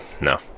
no